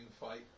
fight